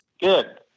Good